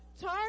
Turn